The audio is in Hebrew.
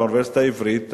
באוניברסיטה העברית,